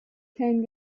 ken